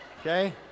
okay